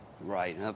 Right